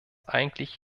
eigentlich